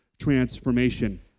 transformation